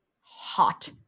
hot